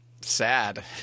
sad